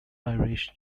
irish